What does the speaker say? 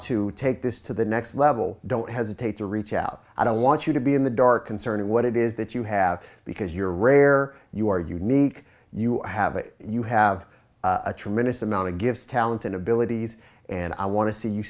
to take this to the next level don't have to take to reach out i don't want you to be in the dark concerning what it is that you have because you're rare you are unique you i have it you have a tremendous amount of gifts talents and abilities and i want to see you